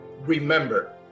remember